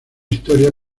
historia